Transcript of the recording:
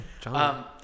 John